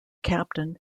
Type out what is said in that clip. captain